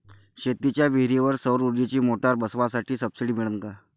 शेतीच्या विहीरीवर सौर ऊर्जेची मोटार बसवासाठी सबसीडी मिळन का?